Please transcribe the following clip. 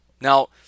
Now